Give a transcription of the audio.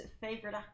favorite